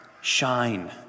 shine